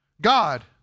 God